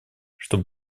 чтобы